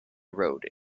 road